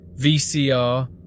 VCR